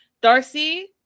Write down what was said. Darcy